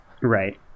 Right